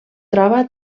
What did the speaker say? troba